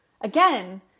again